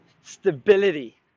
stability